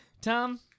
Tom